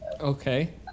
okay